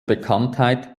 bekanntheit